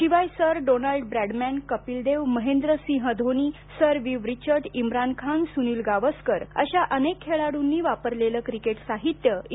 शिवाय sir Donald Bradman Kapil Dev Mahendra Singh Dhoni sir Viv Richard Imran Khan Sunil Gavaskar अशा अनेक खेळाडूंनी वापरलेले क्रिकेट साहित्य आहे